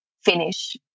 finish